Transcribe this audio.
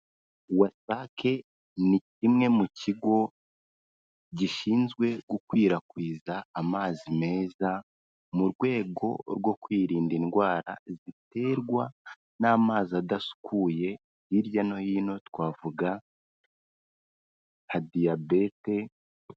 Wasake ni kimwe mu kigo gishinzwe gukwirakwiza amazi meza mu rwego rwo kwirinda indwara ziterwa n'amazi adasukuye hirya no hino twavuga nka Diyabete.